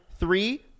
Three